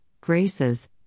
graces